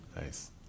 Nice